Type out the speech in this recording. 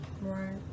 Right